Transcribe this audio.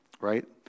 right